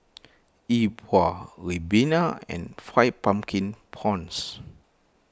E Bua Ribena and Fried Pumpkin Prawns